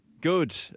good